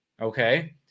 Okay